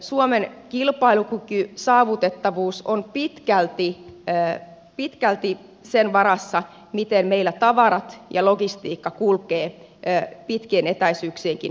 suomen kilpailukyky saavutettavuus on pitkälti sen varassa miten meillä tavarat ja logistiikka kulkevat pitkienkin etäisyyksien alueella